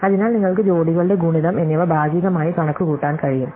അതിനാൽ നിങ്ങൾക്ക് ജോഡികളുടെ ഗുണിതം എന്നിവ ഭാഗികമായി കണക്കുകൂട്ടാൻ കഴിയും